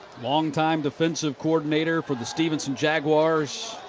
long time defensive coordinator for the stephenson jaguars,